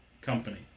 Company